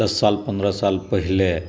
दस साल पंद्रह साल पहिले